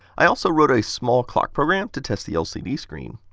i also wrote a small clock program to test the lcd screen.